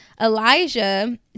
elijah